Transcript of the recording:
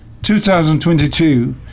2022